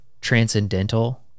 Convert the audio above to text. Transcendental